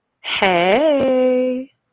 Hey